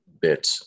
bit